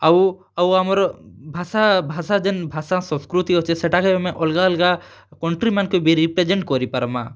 ଆଉ ଆଉ ଆମର୍ ଭାଷା ଭାଷା ଯେନ୍ ଭାଷା ସଂସ୍କୃତି ଅଛେ ସେତାକେ ଆମେ ଅଲ୍ଗା ଅଲ୍ଗା କଣ୍ଟ୍ରି ମାନ୍କେ ବି ରିପ୍ରେଜେଣ୍ଟ କରିପାର୍ମା